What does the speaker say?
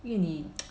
因为你